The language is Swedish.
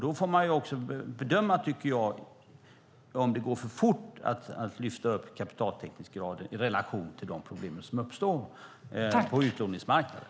Då får man också bedöma om det går för fort att lyfta upp kapitaltäckningsgraden i relation till de problem som uppstår på utlåningsmarknaden.